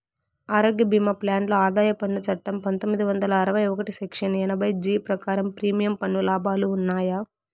ఆరోగ్య భీమా ప్లాన్ లో ఆదాయ పన్ను చట్టం పందొమ్మిది వందల అరవై ఒకటి సెక్షన్ ఎనభై జీ ప్రకారం ప్రీమియం పన్ను లాభాలు ఉన్నాయా?